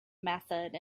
method